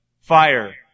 Fire